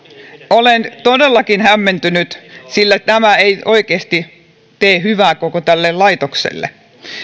olen todellakin hämmentynyt sillä tämä ei oikeasti tee hyvää koko tälle laitokselle